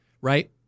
right